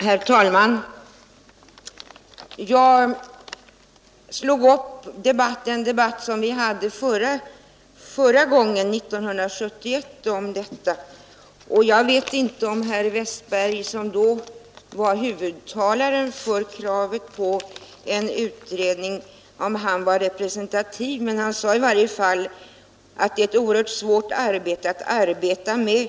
Herr talman! Jag slog upp protokollet från den debatt som vi hade om det här förslaget förra året. Jag vet inte om herr Westberg, som då var huvudtalare för kravet på en utredning, var representativ, men han sade i alla fall att det är ett oerhört svårt arbete att göra den här utredningen.